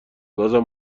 بازم